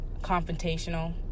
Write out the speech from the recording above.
confrontational